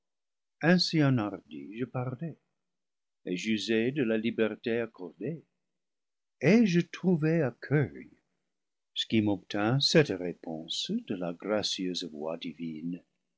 ainsi enhardi je parlai et j'usai de la liberté accordée et je trouvai accueil ce qui m'obtint cette réponse de la gra cieuse voix divine